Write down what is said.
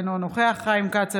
אינו נוכח חיים כץ,